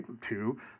two